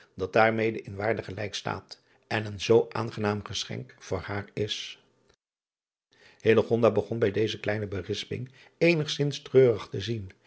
dat daar mede in waarde gelijk staat en een zoo aangenaam geschenk voor haar is begon bij deze kleine berisping eenigzins treurig te zien